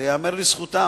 זה ייאמר לזכותם.